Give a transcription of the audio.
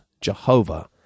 Jehovah